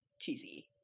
cheesy